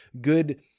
good